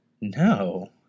No